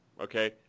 Okay